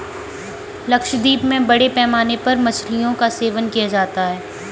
लक्षद्वीप में बड़े पैमाने पर मछलियों का सेवन किया जाता है